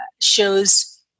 shows